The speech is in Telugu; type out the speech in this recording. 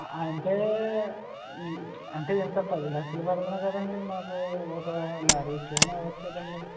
ఆ ఆ అంటే ఆంటే ఎంత పదిలక్షలు పెడుతున్నాం కదండి మరీ ఒక లారీ ఇసుక అయిన ఇవ్వొచ్చు కదండి